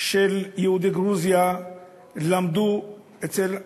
של יהודי גרוזיה למדו אצל הרבי,